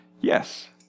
Yes